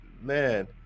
man